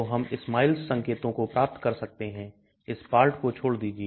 तो हम SMILES संकेतों को प्राप्त कर सकते हैं इस part को छोड़ दीजिए